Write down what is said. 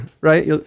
right